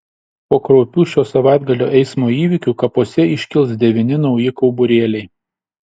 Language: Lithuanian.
po kraupių šio savaitgalio eismo įvykių kapuose iškils devyni nauji kauburėliai